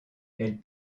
elle